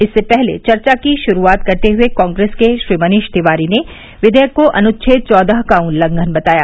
इससे पहले चर्चा की शुरूआत करते हुए कांग्रेस के श्री मनीष तिवारी ने विवेयक को अनुछेद चौदह का उल्लंघन बताया